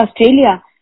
Australia